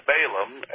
Balaam